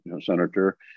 Senator